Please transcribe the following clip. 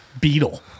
beetle